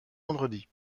vendredis